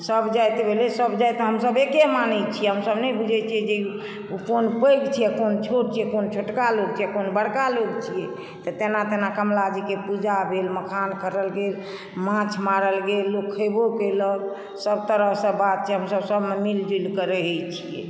सब जाति भेलै सब जाति हमसब एके मानै छियै हमसब नहि बुझै छियै ई जे कोन पैघ छियै कोन छोट छियै कोन छोटका लोग छियै कोन बड़का लोग छियै तऽ तेना तेना कमलाजीक पूजा भेल मखान खररल गेल माँछ मारल गेल लोग खैबो कयलक सब तरह सऽ बात सबमे मे मिल जुलि रहै छियै